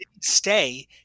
stay